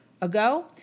ago